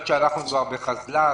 היות ואנחנו כבר בחזל"ש,